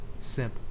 Simp